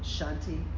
Shanti